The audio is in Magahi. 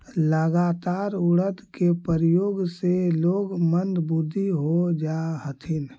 लगातार उड़द के प्रयोग से लोग मंदबुद्धि हो जा हथिन